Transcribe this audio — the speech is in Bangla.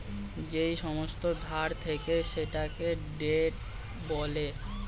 যেই সমস্ত ধার থাকে সেটাকে ডেট বলে